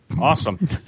Awesome